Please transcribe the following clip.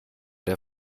der